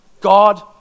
God